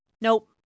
Nope